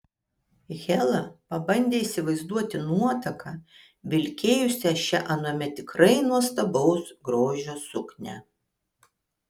hela pabandė įsivaizduoti nuotaką vilkėjusią šią anuomet tikrai nuostabaus grožio suknią